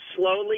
slowly